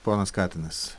ponas katinas